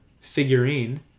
figurine